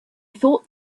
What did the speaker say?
thought